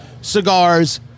cigars